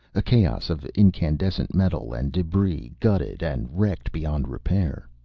a chaos of incandescent metal and debris, gutted and wrecked beyond repair.